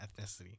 ethnicity